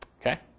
Okay